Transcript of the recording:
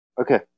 Okay